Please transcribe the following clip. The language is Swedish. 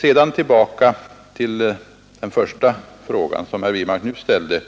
Så tillbaka till den första av de frågor som herr Wirmark nu ställde: